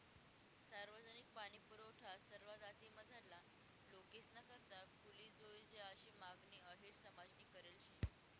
सार्वजनिक पाणीपुरवठा सरवा जातीमझारला लोकेसना करता खुली जोयजे आशी मागणी अहिर समाजनी करेल शे